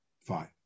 Fine